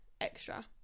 Extra